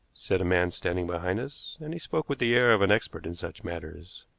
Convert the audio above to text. said a man standing behind us, and he spoke with the air of an expert in such matters.